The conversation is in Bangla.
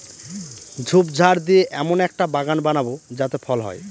ঝোপঝাড় দিয়ে এমন একটা বাগান বানাবো যাতে ফল হয়